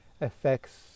affects